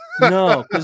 No